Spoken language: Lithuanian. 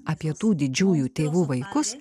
apie tų didžiųjų tėvų vaikus